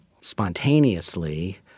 spontaneously